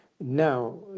now